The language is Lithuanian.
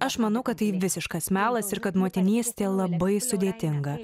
aš manau kad tai visiškas melas ir kad motinystė labai sudėtinga